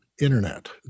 internet